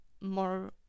more